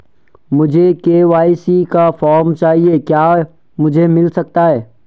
मुझे के.वाई.सी का फॉर्म चाहिए क्या मुझे मिल सकता है?